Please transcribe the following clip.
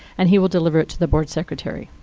and he will deliver it to the board secretary.